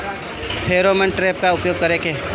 Pheromone trap का उपयोग कर के?